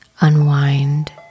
unwind